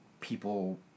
People